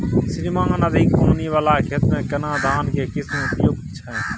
श्रीमान अधिक पानी वाला खेत में केना धान के किस्म उपयुक्त छैय?